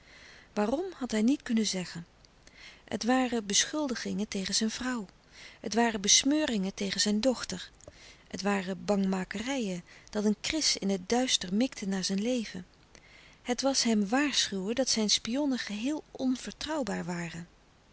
waarom had hij niet kunnen zeggen het waren beschuldigingen tegen zijn vrouw het waren besmeuringen tegen zijn dochter het waren bangmakerijen dat een kris louis couperus de stille kracht in het duister mikte naar zijn leven het was hem waarschuwen dat zijn spionnen geheel onvertrouwbaar waren